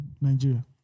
Nigeria